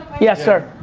yes, sir?